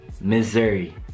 Missouri